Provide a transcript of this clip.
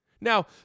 Now